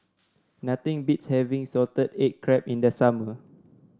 nothing beats having Salted Egg Crab in the summer